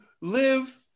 live